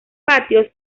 patio